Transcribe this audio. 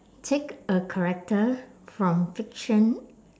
take a character from fiction